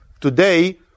Today